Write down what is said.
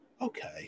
Okay